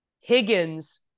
Higgins